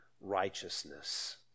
righteousness